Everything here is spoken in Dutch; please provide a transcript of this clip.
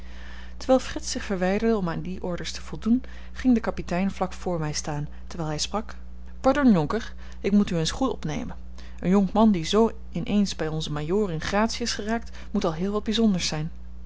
terwijl frits zich verwijderde om aan die orders te voldoen ging de kapitein vlak voor mij staan terwijl hij sprak pardon jonker ik moet u eens goed opnemen een jonkman die zoo in eens bij onzen majoor in gratie is geraakt moet al heel wat bijzonders zijn